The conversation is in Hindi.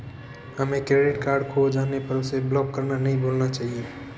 हमें क्रेडिट कार्ड खो जाने पर उसे ब्लॉक करना नहीं भूलना चाहिए